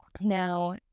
Now